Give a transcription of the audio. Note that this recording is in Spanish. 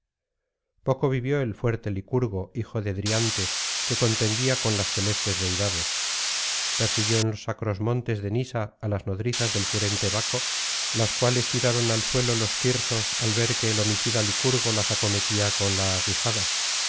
poco vivió el fuerte licurgo hijo de driante que contendía con las celestes deidades persiguió en los sacros montes de nisa á las nodrizas del furente baco las cuales tiraron al suelo los tirsos al ver que el homicida licurgo las acometía con la aguijada